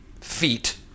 feet